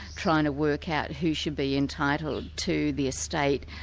trying to work out who should be entitled to the estate.